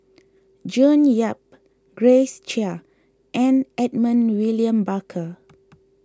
June Yap Grace Chia and Edmund William Barker